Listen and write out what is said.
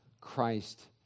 Christ